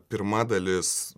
pirma dalis